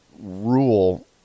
Rule